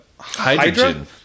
Hydrogen